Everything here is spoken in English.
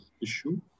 issue